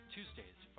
Tuesdays